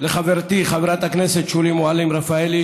לחברתי חברת הכנסת שולי מועלם-רפאלי,